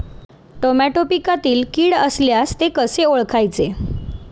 Tomato पिकातील कीड असल्यास ते कसे ओळखायचे?